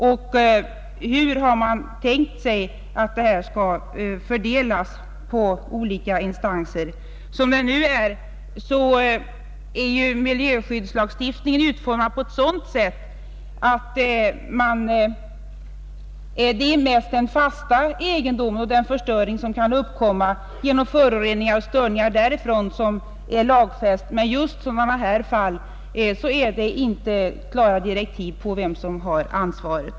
Och hur har man tänkt sig att ansvaret skall fördelas på olika instanser? Som det nu är är ju miljöskyddslagstiftningen utformad på ett sådant sätt att det är mest den fasta egendomen och den förstöring som kan uppkomma genom föroreningar och störningar därifrån som behandlas i lagstiftningen. Men just i sådana här fall finns det inte några klara direktiv om vem som har ansvaret.